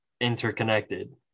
interconnected